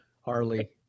harley